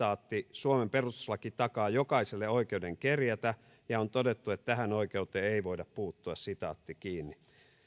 suomen perustuslaki takaa jokaiselle oikeuden kerjätä ja ja on todettu että tähän oikeuteen ei voida puuttua